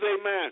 amen